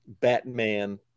Batman